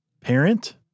parent